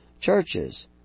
churches